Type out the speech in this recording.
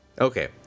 okay